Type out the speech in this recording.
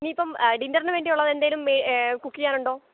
ഇനിയിപ്പം ഡിന്നറിന് വേണ്ടിയുള്ളത് എന്തേലും ആ കുക്ക് ചെയ്യാനുണ്ടോ